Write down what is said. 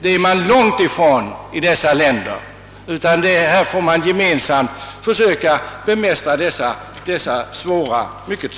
Det är man långt ifrån i dessa länder, utan vi får gemensamt försöka bemästra dessa mycket svåra frågor.